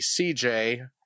CJ